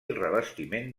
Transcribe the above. revestiment